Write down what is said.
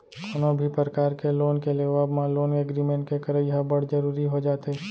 कोनो भी परकार के लोन के लेवब बर लोन एग्रीमेंट के करई ह बड़ जरुरी हो जाथे